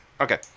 Okay